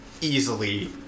easily